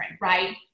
right